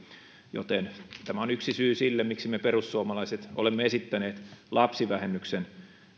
tämä on yksi syy sille miksi me perussuomalaiset olemme esittäneet lapsivähennyksen